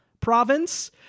province